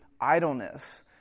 idleness